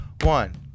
One